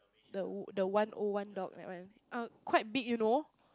the the one oh one dog that one uh quite big you know